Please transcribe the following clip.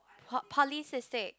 pol~ polycystic